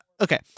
Okay